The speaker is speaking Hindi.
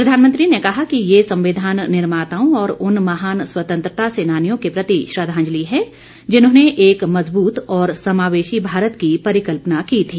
प्रधानमंत्री ने कहा कि यह संविधान निर्माताओं और उन महान स्वतंत्रता सेनानियों के प्रति श्रद्वांजलि है जिन्होंने एक मजबूत और समावेशी भारत की परिकल्पना की थी